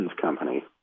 company